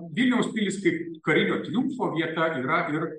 vilniaus pilys kaip karinio triumfo vieta yra ir